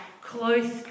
close